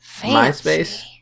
MySpace